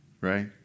right